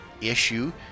issue